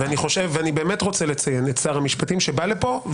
אני באמת רוצה לציין את שר המשפטים שבא לפה,